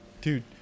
dude